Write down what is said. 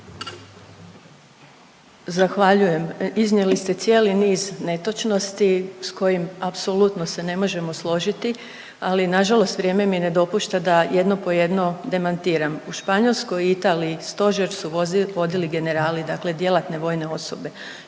Zahvaljujem. Iznijeli ste cijeli niz netočnosti s kojim apsolutno se ne možemo složiti ali nažalost vrijeme mi ne dopušta da jedno po jedno demantiram. U Španjolskoj i Italiji stožer su vodili generali, dakle djelatne vojne osobe.